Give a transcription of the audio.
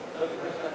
לוועדת החינוך,